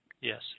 Yes